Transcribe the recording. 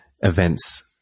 events